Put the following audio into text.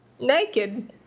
Naked